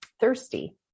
thirsty